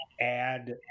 add